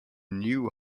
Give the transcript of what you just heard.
knew